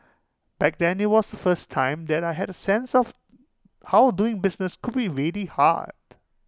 back then IT was the first time that I had A sense of how doing business could be really hard